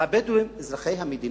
הבדואים הם אזרחי המדינה,